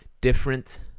different